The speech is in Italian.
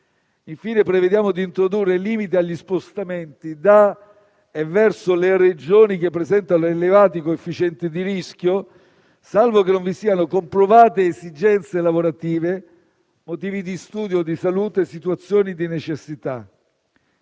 Infine prevediamo di introdurre il limite agli spostamenti da e verso le Regioni che presentano elevati coefficienti di rischio, salvo che non vi siano comprovate esigenze lavorative, motivi di studio o di salute, situazioni di necessità.